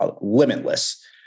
limitless